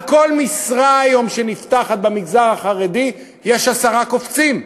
על כל משרה שנפתחת היום במגזר החרדי יש עשרה קופצים,